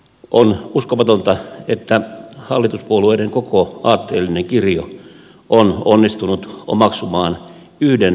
on uskomatonta että hallituspuolueiden koko aatteellinen kirjo on onnistunut omaksumaan yhden vaihtoehdon